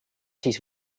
siis